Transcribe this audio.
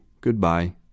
Goodbye